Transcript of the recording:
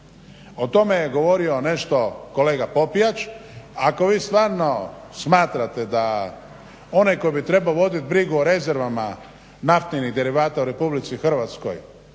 O tome je govorio nešto kolega Popijač. Ako vi stvarno smatrate da onaj tko bi trebao vodit brigu o rezervama naftnih derivata u Republici Hrvatskoj